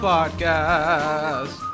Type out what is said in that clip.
Podcast